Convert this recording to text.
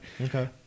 Okay